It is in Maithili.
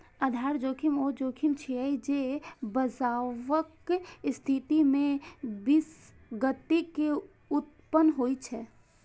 आधार जोखिम ऊ जोखिम छियै, जे बचावक स्थिति मे विसंगति के उत्पन्न होइ छै